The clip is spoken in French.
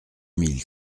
mille